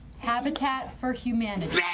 habitat for humanity.